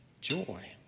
joy